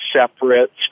separate